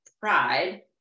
pride